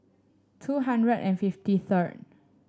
two hundred and fifty third